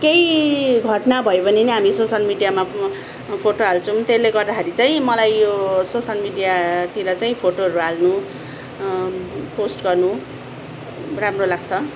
केही घटना भयो भने पनि हामी सोसल मिडियामा फोटो हाल्छौँ त्यसले गर्दाखेरि चाहिँ मलाई यो सोसल मिडियातिर चाहिँ फोटोहरू हाल्नु पोस्ट गर्नु राम्रो लाग्छ